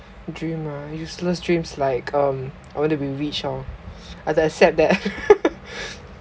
dream ah useless dreams like um I want to be rich orh I've to accept that